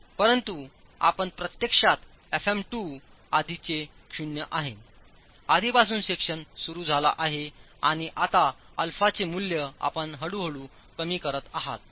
परंतु आपण प्रत्यक्षात fm 2 आधीचे शून्य आहे आधीपासून सेक्शन सुरू झाला आहे आणि आता α चे मूल्य आपण हळूहळू कमी करत आहात